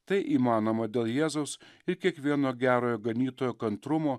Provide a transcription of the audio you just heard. tai įmanoma dėl jėzaus ir kiekvieno gerojo ganytojo kantrumo